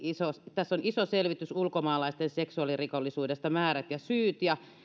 tässä on iso selvitys ulkomaalaisten seksuaalirikollisuudesta määrät ja syyt